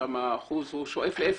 שם האחוז שואף לאפס.